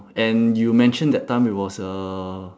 and you mentioned that time it was uh